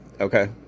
Okay